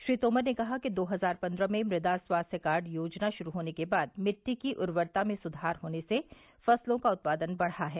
श्री तोमर ने कहा कि दो हजार पन्द्रह में मृदा स्वास्थ्य कार्ड योजना शुरू होने के बाद मिट्टी की उर्वरता में सुधार होने से फसलों का उत्पादन बढ़ा है